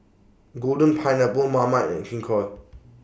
Golden Pineapple Marmite and King Koil